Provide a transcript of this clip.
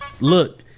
Look